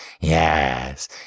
Yes